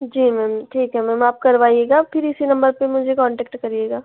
जी ma'am ठीक है ma'am आपका करवाइएगा फिर इसी नंबर पर मुझे कॉन्टैक्ट करिएगा